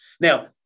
Now